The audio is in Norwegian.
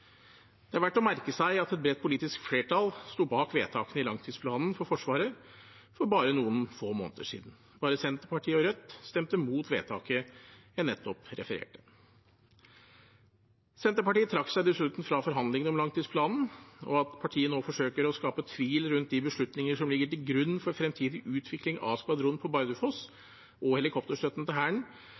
Det er verdt å merke seg at et bredt politisk flertall stod bak vedtakene i langtidsplanen for Forsvaret for bare noen få måneder siden. Bare Senterpartiet og Rødt stemte mot vedtaket jeg nettopp refererte. Senterpartiet trakk seg dessuten fra forhandlingene om langtidsplanen. At partiet nå forsøker å skape tvil rundt de beslutninger som ligger til grunn for fremtidig utvikling av skvadronen på Bardufoss og helikopterstøtten til Hæren,